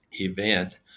event